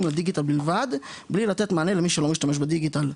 לדיגיטל בלבד בלי לתת מענה למי שלא משתמש בדיגיטל.